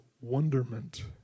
wonderment